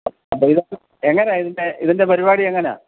അപ്പോള് ഇത് എങ്ങനെയാണ് ഇതിന്റെ ഇതിൻ്റെ പരിപാടി എങ്ങനെയാണ്